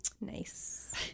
Nice